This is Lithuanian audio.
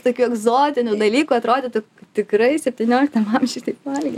tokių egzotinių dalykų atrodytų tikrai septynioliktam amžiui taip valgė